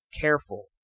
careful